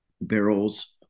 barrels